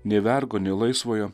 nei vergo nei laisvojo